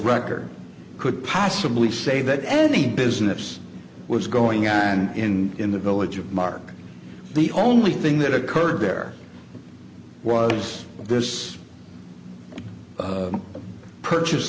record could possibly say that any business was going and in in the village of mark the only thing that occurred there was this purchase